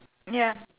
ya